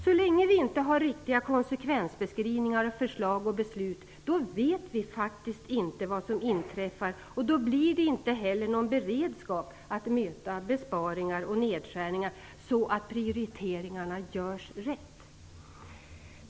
Så länge vi inte har riktiga konsekvensbeskrivningar, förslag och beslut vet vi faktiskt inte vad som inträffar, och då blir det inte heller någon beredskap att möta besparingar och nedskärningar så att prioriteringarna görs rätt.